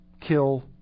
kill